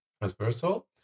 transversal